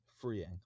freeing